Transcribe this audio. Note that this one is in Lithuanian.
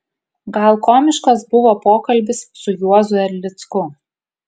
gal komiškas buvo pokalbis su juozu erlicku